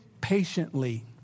Patiently